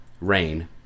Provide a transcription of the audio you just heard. Rain